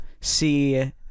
see